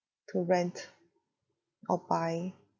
to rent or buy